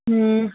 ꯎꯝ